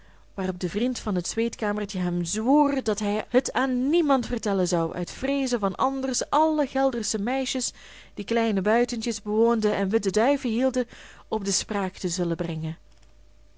de vriend van het zweetkamertje hem zwoer dat hij het aan niemand vertellen zou uit vreeze van anders alle geldersche meisjes die kleine buitentjes bewoonden en witte duiven hielden op de spraak te zullen brengen